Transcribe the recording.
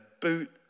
boot